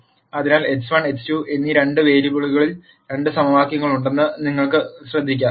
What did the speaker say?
അതിനാൽ x1 x 2 എന്നീ രണ്ട് വേരിയബിളുകളിൽ രണ്ട് സമവാക്യങ്ങളുണ്ടെന്ന് നിങ്ങൾക്ക് ശ്രദ്ധിക്കാം